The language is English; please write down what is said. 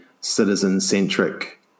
citizen-centric